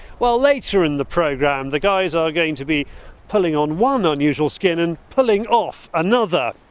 well later in the programme the guys are going to be pulling on one unusual skin and pulling off another.